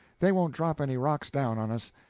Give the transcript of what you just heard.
they won't drop any rocks down on us.